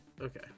Okay